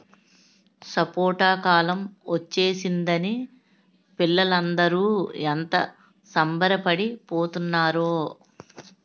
సపోటా కాలం ఒచ్చేసిందని పిల్లలందరూ ఎంత సంబరపడి పోతున్నారో